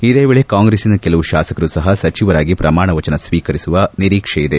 ಇದೇ ವೇಳೆ ಕಾಂಗೆಸಿನ ಕೆಲವು ಶಾಸಕರು ಸಪ ಸಚಿವರಾಗಿ ಪ್ರಮಾಣ ವಚನ ಸ್ವೀಕರಿಸುವ ನಿರೀಕ್ಷೆ ಇದೆ